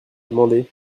demandé